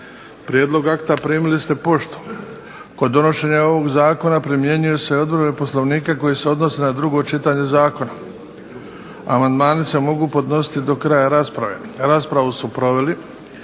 Prijedlog akta primili ste poštom. Kod donošenja ovog zakona primjenjuje se odredbe Poslovnika koje se odnose na drugo čitanje zakona. Amandmani se mogu podnositi do kraja rasprave. Raspravu su proveli